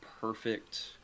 perfect